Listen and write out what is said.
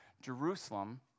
Jerusalem